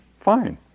fine